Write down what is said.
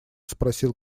спросил